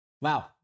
Wow